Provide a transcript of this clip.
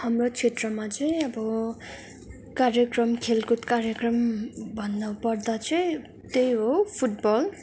हाम्रो क्षेत्रमा चाहिँ अब कार्यक्रम खेलकुद कार्यक्रम भन्नुपर्दा चाहिँ त्यही हो फुटबल